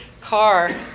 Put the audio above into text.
car